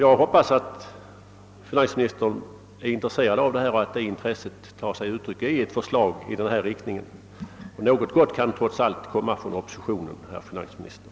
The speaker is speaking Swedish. Jag hoppas att finansministern är intresserad av detta problem och att detta intresse tar sig uttryck i ett förslag i den riktning jag har antytt. Något gott kan trots allt komma från oppositionen, herr finansminister!